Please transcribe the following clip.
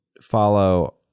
follow